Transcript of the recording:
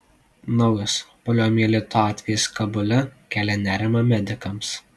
naujas poliomielito atvejis kabule kelia nerimą medikams